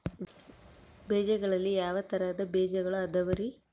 ಬೇಜಗಳಲ್ಲಿ ಯಾವ ತರಹದ ಬೇಜಗಳು ಅದವರಿ?